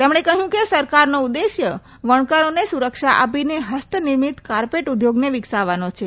તેમણે કહયું કે સરકારનો ઉદેશ્ય વણકારોને સુરક્ષા આપીને હસ્તનિર્મિત કાર્પેટ ઉધોગને વિકસાવવાનો છે